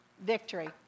victory